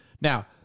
Now